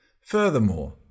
Furthermore